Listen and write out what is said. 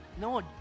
No